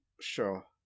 Sure